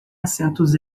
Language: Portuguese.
assentos